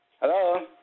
Hello